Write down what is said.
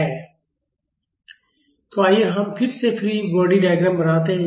fl m𝑥̈ तो आइए हम फिर से फ्री बॉडी डायग्राम बनाते हैं